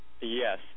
Yes